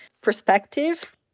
perspective